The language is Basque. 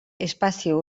espazio